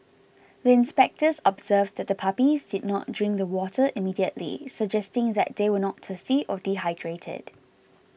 the inspectors observed that the puppies did not drink the water immediately suggesting that they were not thirsty or dehydrated